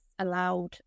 allowed